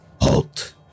Halt